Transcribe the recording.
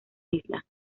isla